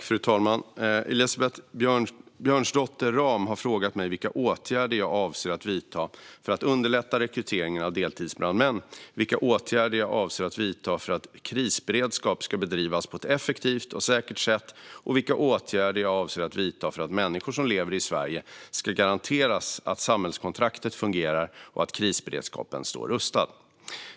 Fru talman! Elisabeth Björnsdotter Rahm har frågat mig vilka åtgärder jag avser att vidta för att underlätta rekryteringen av deltidsbrandmän, vilka åtgärder jag avser att vidta för att krisberedskap ska bedrivas på ett effektivt och säkert sätt och vilka åtgärder jag avser att vidta för att människor som lever i Sverige ska garanteras att samhällskontraktet fungerar och att krisberedskapen står rustad.